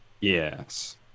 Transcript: Yes